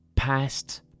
past